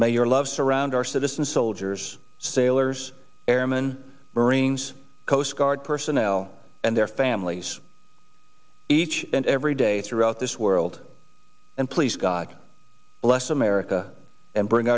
may your love surround our citizen soldiers sailors when marines coast guard personnel and their families each and every day throughout this world and please god bless america and bring